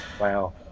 Wow